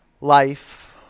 life